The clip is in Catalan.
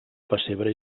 pessebre